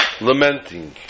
lamenting